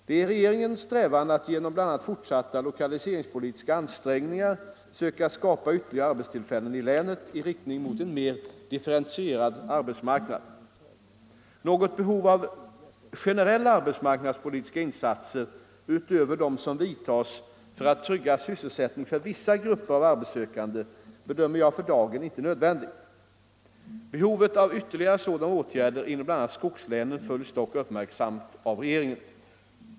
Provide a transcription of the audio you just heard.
Det är regeringens strävan att genom bl.a. fortsatta lokaliseringspolitiska ansträngningar söka skapa ytterligare arbetstillfällen i länet i riktning mot en mer differentierad arbetsmarknad. Något behov av generella arbetsmarknadspolitiska insatser utöver dem som vidtas för att trygga sysselsättningen för vissa grupper av arbetssökande bedömer jag för dagen inte föreligga. Behovet av ytterligare sådana åtgärder inom bl.a. skogslänen följs dock uppmärksamt av regeringen.